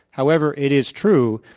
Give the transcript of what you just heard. however, it is true,